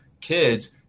kids